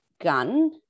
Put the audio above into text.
gun